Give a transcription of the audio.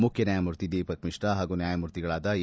ಮುಖ್ಯ ನ್ಯಾಯಮೂರ್ತಿ ದೀಪಕ್ ಮಿಶ್ರ ಹಾಗೂ ನ್ಯಾಯಮೂರ್ತಿಗಳಾದ ಎ